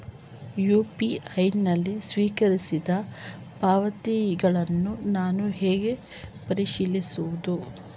UPI ನಲ್ಲಿ ಸ್ವೀಕರಿಸಿದ ಪಾವತಿಗಳನ್ನು ನಾನು ಹೇಗೆ ಪರಿಶೀಲಿಸುವುದು?